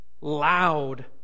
loud